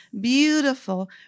beautiful